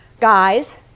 guys